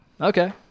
Okay